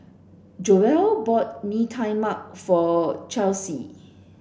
Joell bought Mee Tai Mak for Chelsi